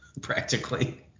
Practically